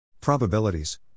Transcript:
Probabilities